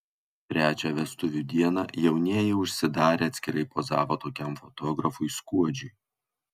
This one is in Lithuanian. trečią vestuvių dieną jaunieji užsidarę atskirai pozavo tokiam fotografui skuodžiui